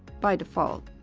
by default,